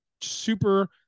super